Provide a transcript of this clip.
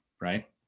right